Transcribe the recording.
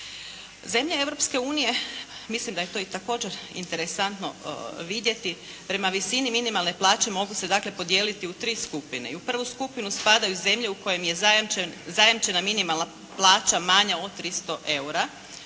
unije, mislim da je i također interesantno vidjeti, prema visini minimalne plaće mogu se dakle podijeliti u 3 skupine. U prvu skupinu spadaju zemlje u kojem je zajamčena minimalna plaća manja od 300 eura